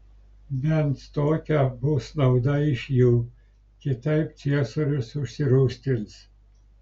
bent tokia bus nauda iš jų kitaip ciesorius užsirūstins